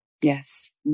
Yes